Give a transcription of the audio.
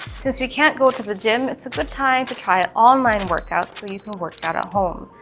since we can't go to the gym it's a good time to try an online workout so you can work out at home.